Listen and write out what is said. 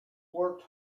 worked